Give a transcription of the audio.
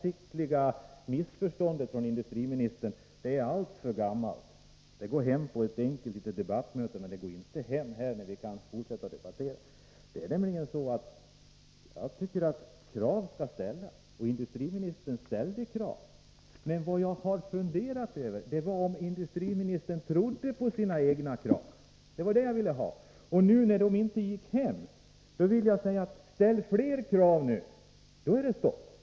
Detta avsiktliga missförstånd från industriministern är för gammalt — det går hem på ett enkelt litet debattmöte men inte här, där vi kan fortsätta att debattera. Jag tycker att krav skall ställas, och industriministern ställde krav. Men jag har funderat över om industriministern trodde på sina egna krav. De accepterades inte, och då säger jag: Ställ fler krav! Men då är det stopp.